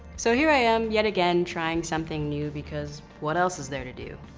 so, here i am, yet again, trying something new because what else is there to do?